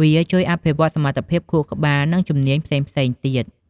វាជួយអភិវឌ្ឍន៍សមត្ថភាពខួរក្បាល និងជំនាញផ្សេងៗទៀត។